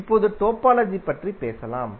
இப்போது டோபாலஜி பற்றி பேசலாம்